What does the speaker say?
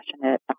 passionate